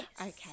okay